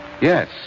Yes